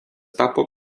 tapo